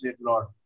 Lord